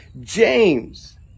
James